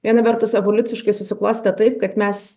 viena vertus evoliuciškai susiklostė taip kad mes